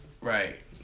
right